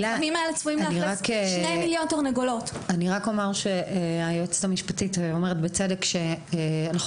אני רק אומר שהיועצת המשפטית אומרת שאין לנו את התקנות ולכן